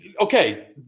Okay